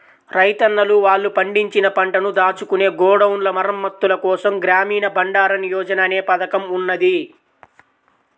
రైతన్నలు వాళ్ళు పండించిన పంటను దాచుకునే గోడౌన్ల మరమ్మత్తుల కోసం గ్రామీణ బండారన్ యోజన అనే పథకం ఉన్నది